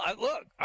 Look